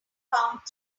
count